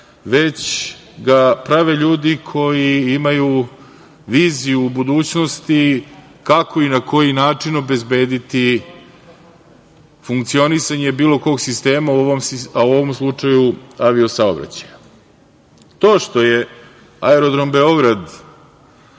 već ga prave ljudi koji imaju viziju budućnosti, kako i na koji način obezbediti funkcionisanje bilo kog sistema, a u ovom slučaju avio-saobraćaja. To što je Aerodrom Beograd